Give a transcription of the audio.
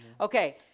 Okay